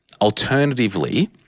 alternatively